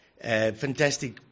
Fantastic